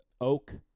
oak